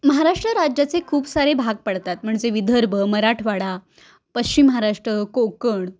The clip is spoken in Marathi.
महाराष्ट्र राज्याचे खूप सारे भाग पडतात म्हणजे विदर्भ मराठवाडा पश्चिम महाराष्ट्र कोकण